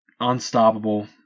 unstoppable